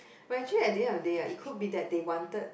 but actually at the end of the day ah it could be that they wanted